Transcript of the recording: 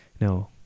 No